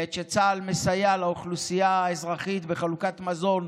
בעת שצה"ל מסייע לאוכלוסייה האזרחית בחלוקת מזון,